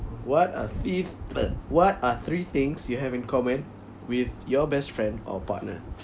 what are th~ ah what are three things you have in common with your best friend or partner